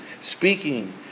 speaking